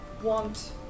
want